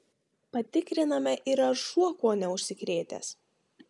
patikriname ir ar šuo kuo neužsikrėtęs